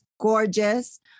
gorgeous